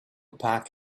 pack